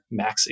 maxi